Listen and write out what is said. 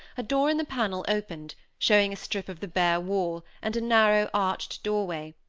a door in the panel opened, showing a strip of the bare wall and a narrow, arched doorway,